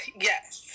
Yes